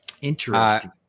Interesting